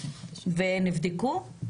ונבדקו?